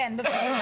כן, בבקשה.